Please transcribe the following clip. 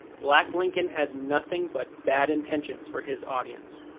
black lincoln has nothing but bad intentions for his audience.